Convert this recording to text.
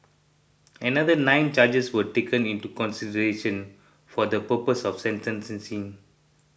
another nine charges were taken into consideration for the purpose of sentencing